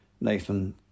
Nathan